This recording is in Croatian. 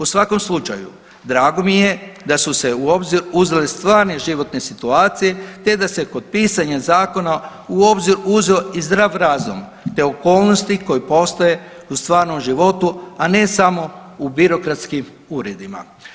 U svakom slučaju drago mi je da su se u obzir uzeli stvari životne situacije, te da se kod pitanja zakona u obzir uzeo i zdrav razum, te okolnosti koje postoje u stvarnom životu, a ne samo u birokratskim uredima.